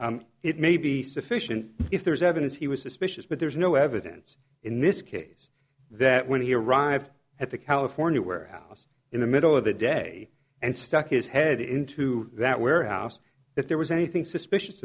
way it may be sufficient if there is evidence he was suspicious but there is no evidence in this case that when he arrived at the california warehouse in the middle of the day and stuck his head into that warehouse if there was anything suspicious